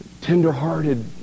tender-hearted